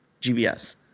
GBS